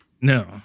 No